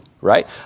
right